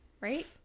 right